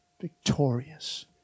victorious